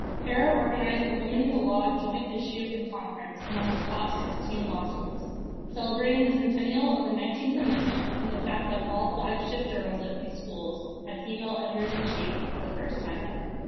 farrah organized a women and law joint issue and conference among the top sixteen law schools celebrating the centennial of the nineteenth amendment and the fact that all flagship journals at these schools had female editors-in-chief for the first time ever.